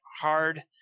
hard